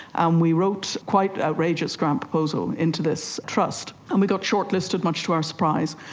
and we wrote a quite outrageous grant proposal into this trust, and we got shortlisted, much to our surprise,